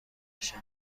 بشم